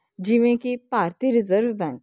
ਜਿਵੇਂ ਕਿ ਭਾਰਤੀ ਰਿਜਰਵ ਬੈਂਕ